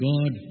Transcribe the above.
God